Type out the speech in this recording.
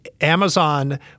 amazon